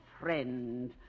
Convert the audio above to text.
friend